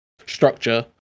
Structure